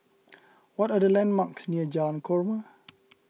what are the landmarks near Jalan Korma